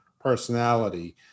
personality